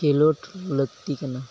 ᱠᱷᱮᱞᱳᱰ ᱞᱟᱹᱠᱛᱤ ᱠᱟᱱᱟ